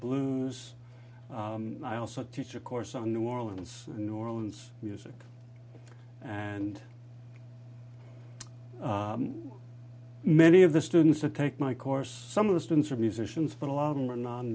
blues and i also teach a course on new orleans new orleans music and many of the students to take my course some of the students are musicians but a lot of them are non